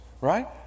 right